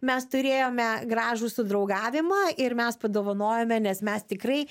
mes turėjome gražų sudraugavimą ir mes padovanojome nes mes tikrai